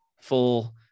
full